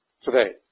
today